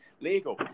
legal